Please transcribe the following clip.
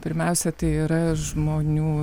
pirmiausia tai yra žmonių